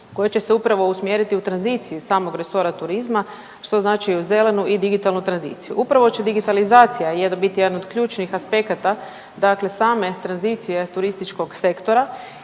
koje će se upravo usmjeriti u tranziciji samog resora turizma što znači u zelenu i digitalnu tranziciju. Upravo će digitalizacija … jedan od ključnih aspekata same tranzicije turističkog sektora